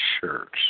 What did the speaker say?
church